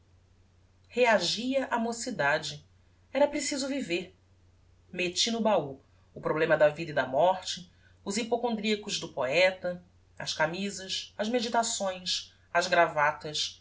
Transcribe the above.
reagia a mocidade era preciso viver metti no bahú o problema da vida e da morte os hypocondriacos do poeta as camisas as meditações as gravatas